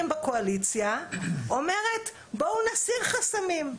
בקואליציה אומרת: "בואו נסיר חסמים".